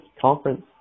conference